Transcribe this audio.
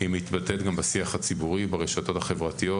מתבטאת גם בשיח הציבור ברשתות החברתיות.